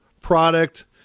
product